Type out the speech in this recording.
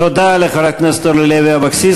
תודה לחברת הכנסת אורלי לוי אבקסיס.